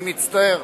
אני מצטער.